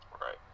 Right